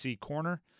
corner